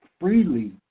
freely